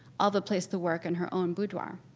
alva placed the work in her own boudoir.